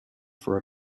for